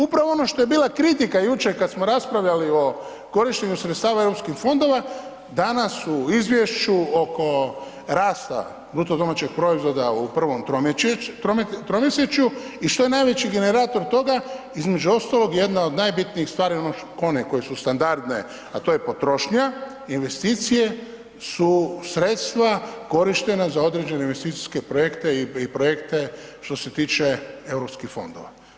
Upravo ono što je bila kritika jučer kad smo raspravljali o korištenju sredstava EU fondova, danas u izvješću oko rasta BDP-a u prvom tromjesečju i što je najveći generator toga, između ostalog jedna od najbitnijih stvari, one koje su standardne, a to je potrošnja, investicije su sredstva korištena za određene investicijske projekte i projekte što se tiče EU fondova.